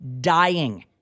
dying